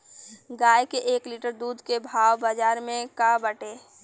गाय के एक लीटर दूध के भाव बाजार में का बाटे?